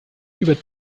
über